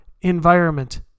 environment